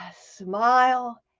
smile